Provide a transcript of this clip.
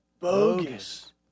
Bogus